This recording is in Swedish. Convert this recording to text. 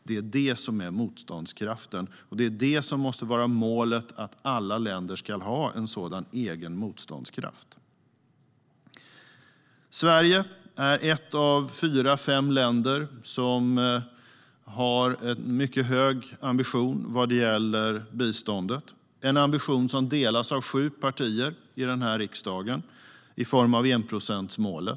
Det är det som är motståndskraften, och målet måste vara att alla länder ska ha en sådan egen motståndskraft. Sverige är ett av fyra fem länder som har en mycket hög ambition vad gäller biståndet, en ambition som delas av sju partier i den här riksdagen i form av enprocentsmålet.